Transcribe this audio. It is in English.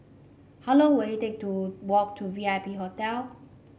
how long will it take to walk to V I P Hotel